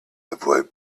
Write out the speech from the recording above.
avoid